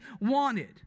wanted